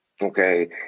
Okay